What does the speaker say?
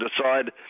decide